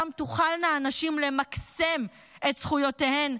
שם תוכלנה הנשים למקסם את זכויותיהן,